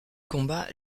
combat